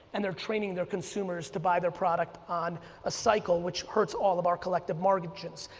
and they're training their consumers to buy their product on a cycle which hurts all of our collective margins.